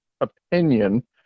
opinion